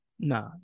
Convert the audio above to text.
Nah